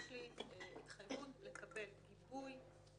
יש לי התחייבות לקבל גיבוי לתוכניות